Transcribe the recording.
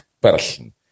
person